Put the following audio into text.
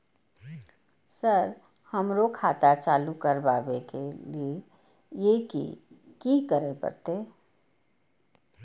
Sir हमरो खाता चालू करबाबे के ली ये की करें परते?